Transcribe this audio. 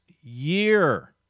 year